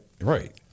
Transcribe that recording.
Right